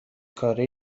کاره